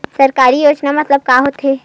सामजिक योजना मतलब का होथे?